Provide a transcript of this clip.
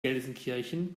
gelsenkirchen